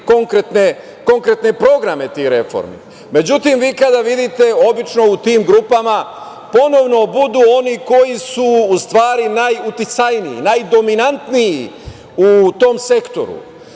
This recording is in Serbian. konkretne programe tih reformi. Međutim, vi kada vidite, obično u tim grupama ponovo budu oni koji su najuticajniji, najdominantniji u tom sektoru,